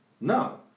No